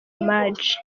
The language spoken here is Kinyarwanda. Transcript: maj